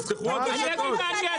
תפתחו עוד רשתות.